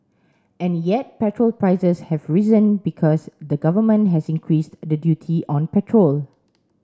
and yet petrol prices have risen because the government has increased the duty on petrol